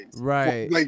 Right